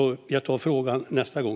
Jag tar frågan nästa gång.